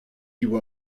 you